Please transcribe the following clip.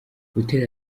butera